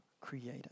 Creator